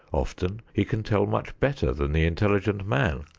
often he can tell much better than the intelligent man,